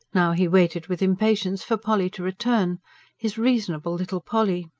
now he waited with impatience for polly to return his reasonable little polly!